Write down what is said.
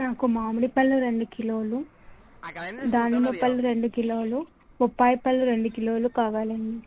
నాకు మామిడిపళ్ళు రెండు కిలోలు దానిమ్మపళ్ళు రెండు కిలోలు బొప్పాయిపళ్ళు రెండు కిలోలు కావాలండి